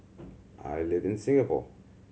I live in Singapore